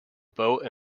boat